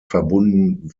verbunden